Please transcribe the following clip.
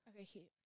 Okay